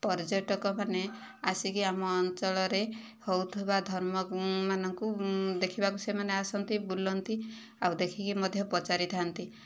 ପର୍ଯ୍ୟଟକ ମାନେ ଆସିକି ଆମ ଅଞ୍ଚଳରେ ହେଉଥିବା ଧର୍ମ ମାନଙ୍କୁ ଦେଖିବାକୁ ସେମାନେ ଆସନ୍ତି ବୁଲନ୍ତି ଆଉ ଦେଖିକି ମଧ୍ୟ ପଚାରିଥାନ୍ତି